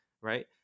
right